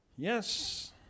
Yes